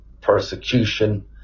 persecution